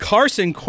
Carson